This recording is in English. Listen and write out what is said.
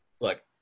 look